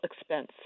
expense